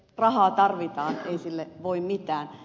rahaa tarvitaan ei sille voi mitään